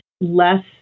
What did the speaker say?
less